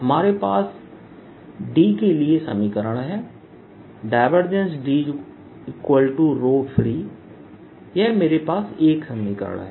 हमारे पास D के लिए समीकरण हैं ∇ D Free यह मेरे पास एक समीकरण है